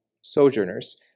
sojourners